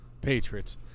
Patriots